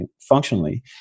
functionally